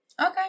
Okay